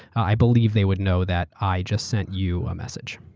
i believe they would know that i just sent you a message.